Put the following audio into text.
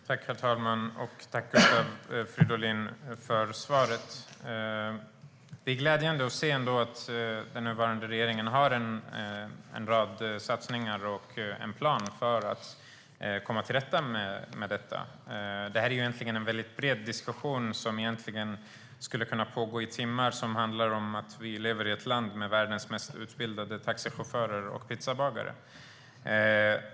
Herr talman! Tack, Gustav Fridolin, för svaret! Det är ändå glädjande att se att den nuvarande regeringen har en rad satsningar och en plan för att komma till rätta med detta. Det är en mycket bred diskussion som egentligen skulle kunna pågå i timmar och som handlar om att vi lever i ett land med världens mest utbildade taxichaufförer och pizzabagare.